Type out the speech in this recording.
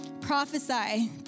Prophesy